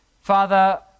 Father